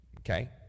Okay